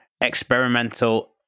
Experimental